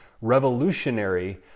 revolutionary